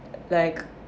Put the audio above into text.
like